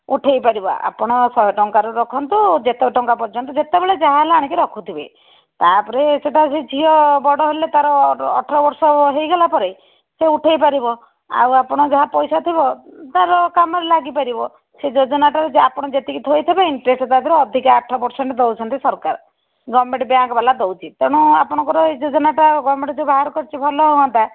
ଉଠାଇ ପାରିବ ଆପଣ ଶହେ ଟଙ୍କାରେ ରଖନ୍ତୁ ଯେତେ ଟଙ୍କା ପର୍ଯ୍ୟନ୍ତ ଯେତେବେଳେ ଯାହାହେଲା ଆଣିକି ରଖୁଥିବେ ତା'ପରେ ସେଇଟା ସେ ଝିଅ ବଡ଼ ହେଲେ ତା'ର ଅଠର ବର୍ଷ ହେଇଗଲାପରେ ସେ ଉଠାଇପାରିବ ଆଉ ଆପଣ ଯାହା ପଇସା ଥିବ ତା'ର କାମରେ ଲାଗିପାରିବ ସେ ଯୋଜନାଟାରେ ଆପଣ ଯେତିକି ଥୋଇଥିବେ ଇଣ୍ଟ୍ରେଷ୍ଟ ସେଥିରେ ଅଧିକା ଆଠ ପରସେଣ୍ଟ ଦେଉଛନ୍ତି ସରକାର ଗଭର୍ଣ୍ଣମେଣ୍ଟ ବ୍ୟାଙ୍କ ବାଲା ଦେଉଛି ତେଣୁ ଆପଣଙ୍କର ଏଇ ଯୋଜନାଟା ଗଭର୍ଣ୍ଣମେଣ୍ଟ ଯେଉଁ ବାହାର କରିଛି ଭଲ ହୁଅନ୍ତା